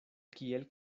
kiel